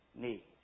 need